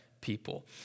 people